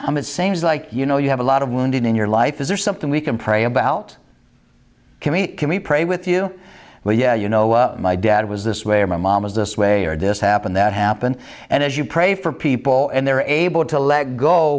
i'm it seems like you know you have a lot of wounded in your life is there something we can pray about can we can we play with you but yeah you know my dad was this way or my mom was this way or this happened that happened and as you pray for people and they're able to let go